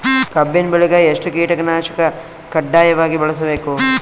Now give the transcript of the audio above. ಕಬ್ಬಿನ್ ಬೆಳಿಗ ಎಷ್ಟ ಕೀಟನಾಶಕ ಕಡ್ಡಾಯವಾಗಿ ಬಳಸಬೇಕು?